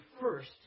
first